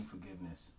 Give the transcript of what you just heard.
forgiveness